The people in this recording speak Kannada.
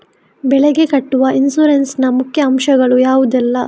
ಬೆಳೆಗೆ ಕಟ್ಟುವ ಇನ್ಸೂರೆನ್ಸ್ ನ ಮುಖ್ಯ ಅಂಶ ಗಳು ಯಾವುದೆಲ್ಲ?